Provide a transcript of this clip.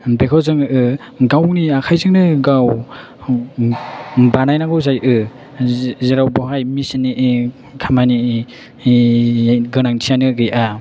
बेखौ जोङो गावनि आखायजोंनो गाव बानायनांगौ जायो जेराव बेवहाय मेसिन नि खामानि एबा गोनांथियानो गैया